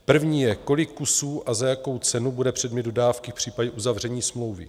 První je: Kolik kusů a za jakou cenu bude předmět dodávky v případě uzavření smlouvy?